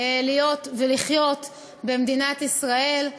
להיות ולחיות במדינת ישראל,